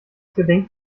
gedenkt